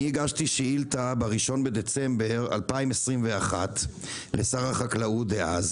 הגשתי שאילתה ב-1 לדצמבר 2021 לשר החקלאות דאז